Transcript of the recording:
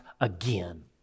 again